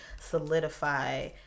solidify